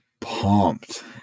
pumped